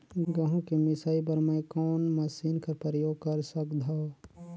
गहूं के मिसाई बर मै कोन मशीन कर प्रयोग कर सकधव?